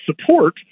support